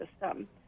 system